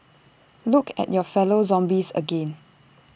look at your fellow zombies again